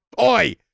Oi